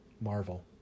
Marvel